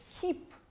keep